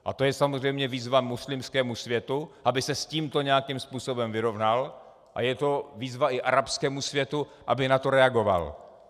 A to je samozřejmě výzva muslimskému světu, aby se s tímto nějakým způsobem vyrovnal, a je to výzva i arabskému světu, aby na to reagoval.